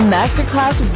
Masterclass